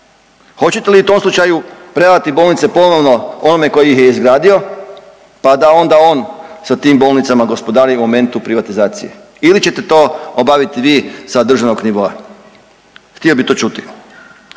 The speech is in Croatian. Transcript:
hoćete li i u tom slučaju predati bolnice ponovno onome tko ih je izgradio, pa da onda on s tim bolnicama gospodari u momentu privatizacije ili ćete to obaviti vi sa državnog nivoa, htio bih to čuti.